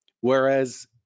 Whereas